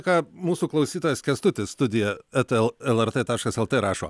ką mūsų klausytojas kęstutis studija eta lrt taškas lt rašo